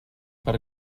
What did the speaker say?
per